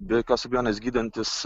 be jokios abejonės gydantys